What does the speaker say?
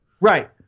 right